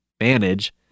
manage